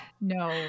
no